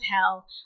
hell